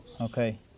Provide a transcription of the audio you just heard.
Okay